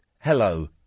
Hello